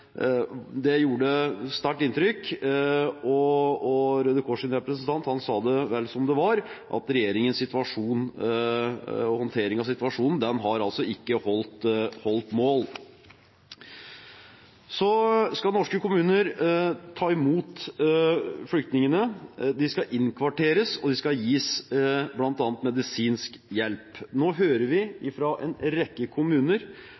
representant sa det vel som det var, at regjeringens håndtering av situasjonen har ikke holdt mål. Så skal norske kommuner ta imot flyktningene. De skal innkvarteres, og de skal gis bl.a. medisinsk hjelp. Nå hører vi fra en rekke kommuner